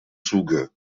zuge